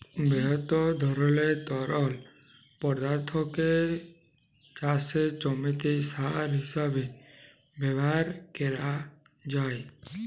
বহুত ধরলের তরল পদাথ্থকে চাষের জমিতে সার হিঁসাবে ব্যাভার ক্যরা যায়